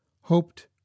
hoped